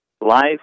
life